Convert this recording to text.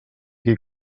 qui